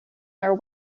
their